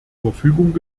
verfügung